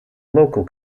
local